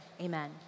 Amen